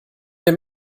dem